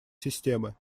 системы